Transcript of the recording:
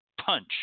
punch